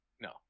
No